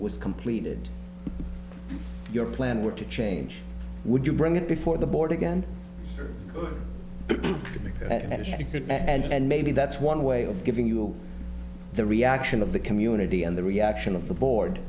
was completed your plan were to change would you bring it before the board again at a show and maybe that's one way of giving you the reaction of the community and the reaction of the board